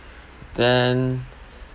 then